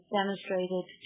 demonstrated